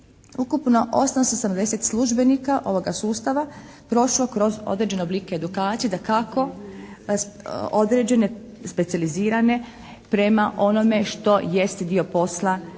se ne razumije./… službenika ovoga sustava prošao kroz određene oblike edukacije, dakako određene specijalizirane prema onome što jest dio posla izvršitelja,